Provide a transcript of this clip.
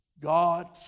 God